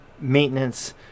maintenance